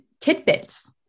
tidbits